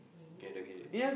get get it